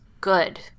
good